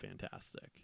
fantastic